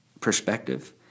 perspective